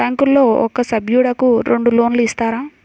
బ్యాంకులో ఒక సభ్యుడకు రెండు లోన్లు ఇస్తారా?